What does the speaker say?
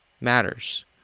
matters